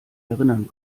erinnern